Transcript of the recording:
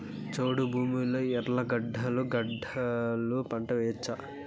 చౌడు భూమిలో ఉర్లగడ్డలు గడ్డలు పంట వేయచ్చా?